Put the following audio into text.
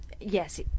Yes